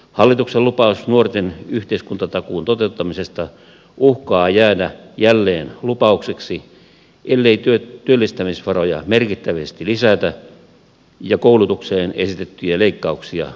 hallituksen lupaus nuorten yhteiskuntatakuun toteuttamisesta uhkaa jäädä jälleen lupaukseksi ellei työllistämisvaroja merkittävästi lisätä ja koulutukseen esitettyjä leikkauksia peruta